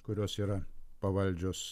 kurios yra pavaldžios